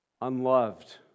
unloved